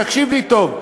תקשיב לי טוב,